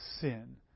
sin